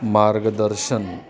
मार्गदर्शन